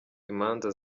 imanza